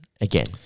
again